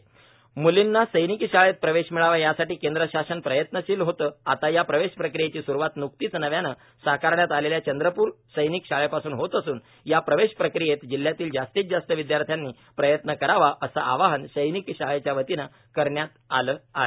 म्लींना सैनिक शाळेत प्रवेश मिळवा यासाठी केंद्र शासन प्रयत्नशील होतण आता या प्रवेश प्रक्रियेची स्रवात न्कतीच नव्यानं साकारण्यात आलेल्या चंद्रप्र सैनिक शाळेपासून होत असूनए या प्रवेश प्रक्रियेत जिल्ह्यातील जास्तीत जास्त विद्यार्थ्यानी प्रयत्न करावा असं आवाहन सैनिक शाळेच्या वतीनं करण्यात आलं आहे